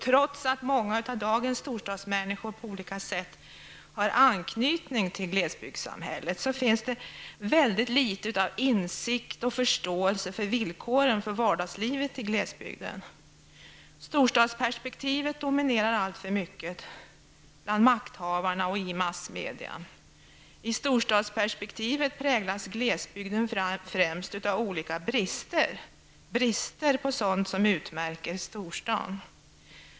Trots att många av dagens storstadsmänniskor på olika sätt har anknytning till glesbygdssamhällen finns det väldigt litet av insikt och förståelse för villkoren för vardagslivet i glesbygden. Storstadsperspektivet dominerar alltför mycket bland makthavarna och i massmedia. I storstadsperspektivet präglas glesbygden främst av olika sorters brister -- brister på sådant som utmärker storstaden.